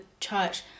church